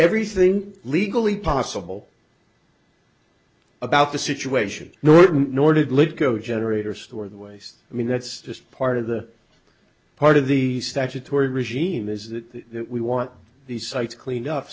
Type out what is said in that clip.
everything legally possible about the situation nor nor did lit go generator store the waste i mean that's just part of the part of the statutory regime is that we want these sites cleaned up